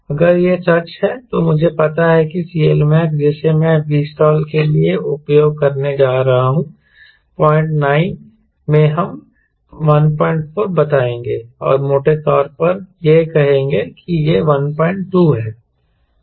अगर यह सच है तो मुझे पता है कि CLmax जिसे मैं Vstall के लिए उपयोग करने जा रहा हूं 09 में हम 14 बताएंगे और मोटे तौर पर यह कहेंगे कि यह 12 है